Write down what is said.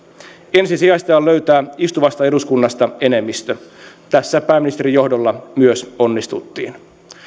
ensisijaista on löytää istuvasta eduskunnasta enemmistö tässä pääministerin johdolla myös onnistuttiin